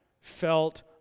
felt